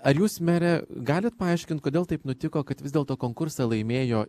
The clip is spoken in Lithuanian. ar jūs mere galit paaiškint kodėl taip nutiko kad vis dėlto konkursą laimėjo